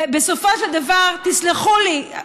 בסופו של דבר, תסלחו לי,